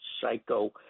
Psycho